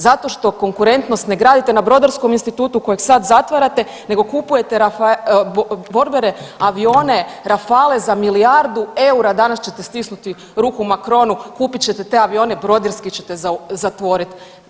Zato što konkurentnost ne gradite na Brodarskom institutu kojeg sad zatvarate nego kupujete .../nerazumljivo/... borbene avione Rafale za milijardu eura, danas ćete stisnuti ruku Macronu, kupit ćete te avione, Brodarski ćete zatvoriti.